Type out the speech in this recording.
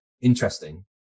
interesting